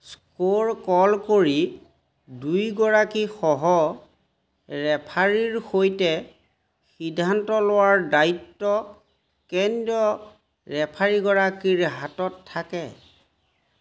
score কল কৰি দুয়োগৰাকী সহৰেফাৰীৰ সৈতে সিদ্ধান্ত লোৱাৰ দায়িত্ব কেন্দ্ৰীয় ৰেফাৰীগৰাকীৰ হাতত থাকে